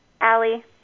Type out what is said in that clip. Allie